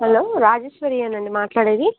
hello రాజేశ్వరియేనా అండి మాట్లాడేది